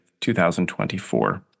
2024